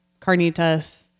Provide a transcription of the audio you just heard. carnitas